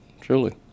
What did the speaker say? truly